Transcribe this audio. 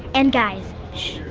and guys, shh.